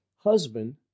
husband